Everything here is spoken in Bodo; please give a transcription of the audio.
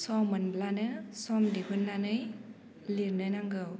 सम मोनब्लानो सम दिहुन्नानै लिरनो नांगौ